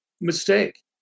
mistake